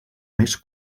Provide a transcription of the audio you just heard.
més